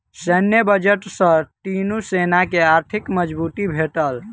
सैन्य बजट सॅ तीनो सेना के आर्थिक मजबूती भेटल